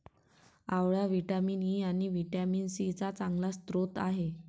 आवळा vitamin E आणि vitamin C चा चांगला स्रोत आहे